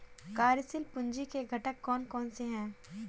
कार्यशील पूंजी के घटक कौन कौन से हैं?